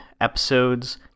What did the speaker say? episodes